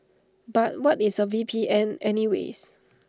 but what is A V P N any ways